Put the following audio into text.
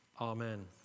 Amen